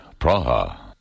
Praha